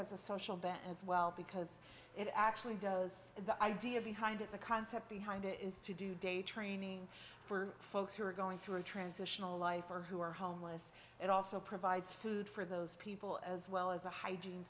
has a social benefits well because it actually does is the idea behind it the concept behind it is to do day training for folks who are going through a transitional life or who are homeless it also provides food for those people as well as a hygiene